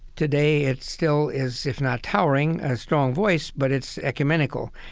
today it still is, if not towering, a strong voice, but it's ecumenical.